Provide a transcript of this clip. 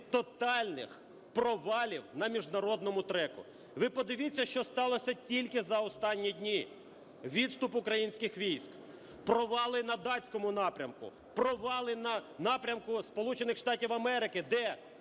від тотальних провалів на міжнародному треку. Ви подивіться, що сталося тільки за останні дні: відступ українських військ, провали на датському напрямку, провали на напрямку Сполучених